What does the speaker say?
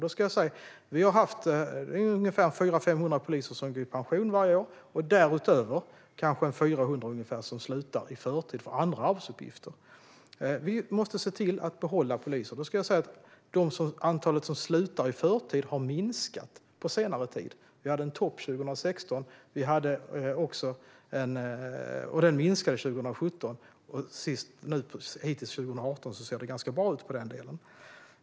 Då ska jag säga: Vi har haft ungefär 400-500 poliser som går i pension varje år och därutöver kanske ungefär 400 som slutar i förtid för andra arbetsuppgifter. Vi måste se till att behålla poliser. Då ska jag säga att antalet som slutar i förtid har minskat på senare tid. Vi hade en topp 2016. Det minskade 2017, och hittills 2018 ser det ganska bra ut i den delen.